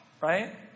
right